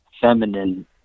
feminine